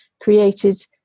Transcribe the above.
created